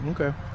Okay